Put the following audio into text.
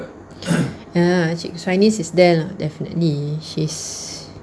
err cikgu suhanis is there lah definitely she's